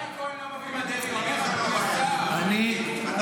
ישי כהן לא מבין מה דרעי אומר, אדוני השר?